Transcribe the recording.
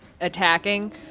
attacking